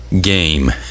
game